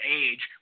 age